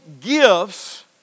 gifts